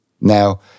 Now